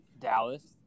Dallas